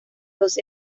doce